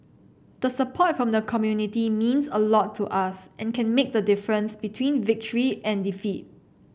the support from the community means a lot to us and can make the difference between victory and defeat